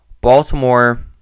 Baltimore